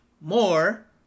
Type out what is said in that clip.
more